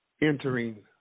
entering